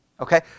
Okay